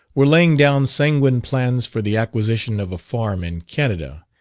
were laying down sanguine plans for the acquisition of a farm in canada,